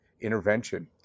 intervention